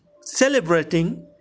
celebrating